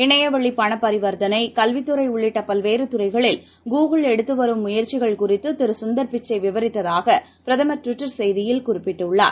இணைவழிபணப் பரிவர்த்தனை கல்வித்துறைஉள்ளிட்டபல்வேறுதுறைகளில் கூகுள் எடுத்துவரும் முயற்சிகள் குறித்துதிருசுந்தாபிச்சைவிவரித்ததாக பிரதமா ட்விட்டா செய்தியில் குறிப்பிட்டுள்ளாா